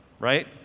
right